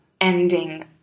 ending